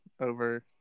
over